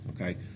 Okay